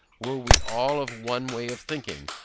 were we all of one way of thinking,